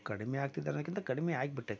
ಕಡಿಮೆ ಆಗ್ತಾಯಿದೆ ಅನ್ನೋದಕ್ಕಿಂತ ಕಡಿಮೆ ಆಗಿಬಿಟ್ಟೈತೆ